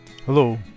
Hello